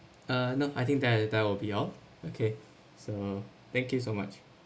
uh no I think that that will be all okay so thank you so much